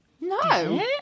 No